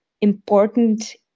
important